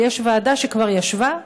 אבל יש ועדה שכבר ישבה,